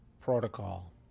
protocol